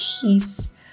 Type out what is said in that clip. peace